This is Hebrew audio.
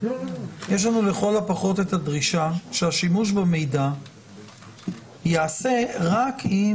יש לנו לכל הפחות את הדרישה שהשימוש במידע ייעשה רק אם